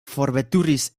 forveturis